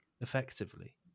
effectively